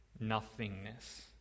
nothingness